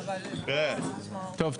טוב,